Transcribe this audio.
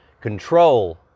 control